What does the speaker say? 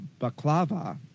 Baklava